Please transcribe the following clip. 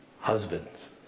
husbands